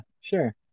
sure